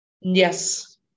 Yes